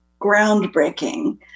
groundbreaking